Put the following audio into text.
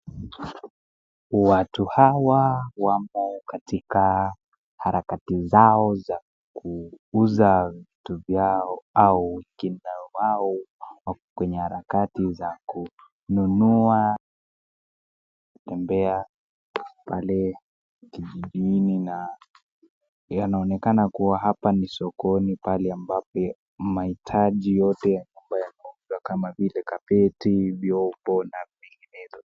Watu hawa wamo katika harakati zao za kuuza vitu vyao au wengine wao wako kwenye harakati za kununua. Tembea pale kijijini na yanaonekana kuwa hapa ni sokoni pale ambapo mahitaji yote ya nyumba yanapatikana kama vile kapeti, vyombo na vinginevyo.